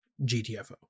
gtfo